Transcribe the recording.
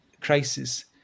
crisis